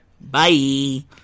Bye